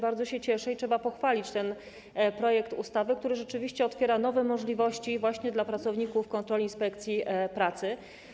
Bardzo się cieszę i trzeba pochwalić ten projekt ustawy, który rzeczywiście otwiera nowe możliwości właśnie dla pracowników kontroli Państwowej Inspekcji Pracy.